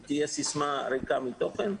זו תהיה סיסמה ריקה מתוכן,